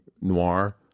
noir